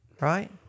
Right